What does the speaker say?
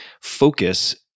focus